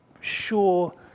sure